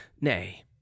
nay